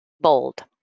bold